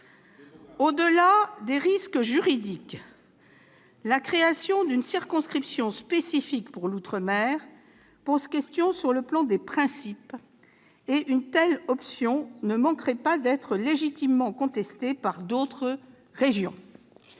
Au-delà des risques juridiques, la création d'une circonscription spécifique à l'outre-mer pose question sur le plan des principes. Une telle option ne manquerait pas d'être légitimement contestée par d'autres régions.